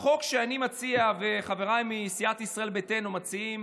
החוק שאני מציע וחבריי מסיעת ישראל ביתנו מציעים